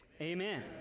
Amen